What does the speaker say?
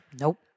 Nope